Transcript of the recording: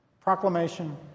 Proclamation